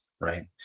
right